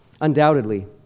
undoubtedly